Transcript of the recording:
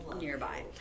nearby